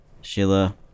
Sheila